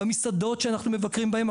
במסעדות שאנחנו מבקרים בהם,